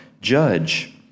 judge